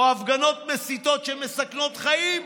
או הפגנות מסיתות שמסכנות חיים?